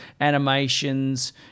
animations